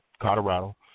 Colorado